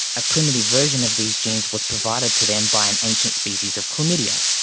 a primitive version of these genes was provided to them by an ancient species of chlamydia.